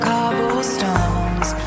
Cobblestones